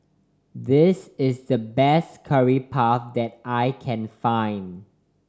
this is the best Curry Puff that I can find